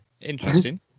Interesting